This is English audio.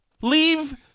Leave